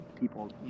people